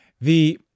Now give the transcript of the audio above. The-